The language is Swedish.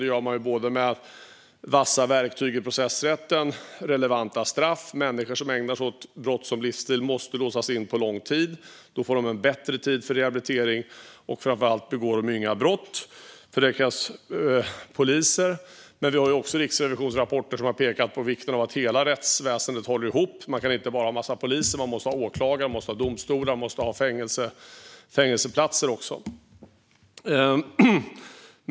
Det gör man både med vassa verktyg i processrätten och med relevanta straff. Människor som ägnar sig åt brott som livsstil måste låsas in på lång tid. Då får de mer tid för rehabilitering. Framför allt begår de inga brott. Det krävs poliser, men vi har också Riksrevisionens rapporter som har pekat på vikten av att hela rättsväsendet håller ihop. Man kan inte bara ha en massa poliser; man måste även ha åklagare, domstolar och fängelseplatser.